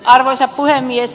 arvoisa puhemies